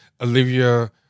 Olivia